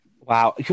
Wow